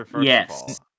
Yes